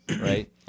right